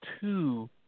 two